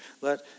let